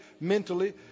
mentally